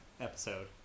episode